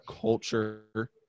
culture